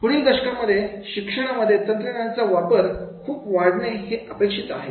पुढील दशकांमध्ये शिक्षणामध्ये तंत्रज्ञानाचा वापर खूप वाढणे हे अपेक्षित आहे